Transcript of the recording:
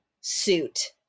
suit